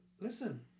listen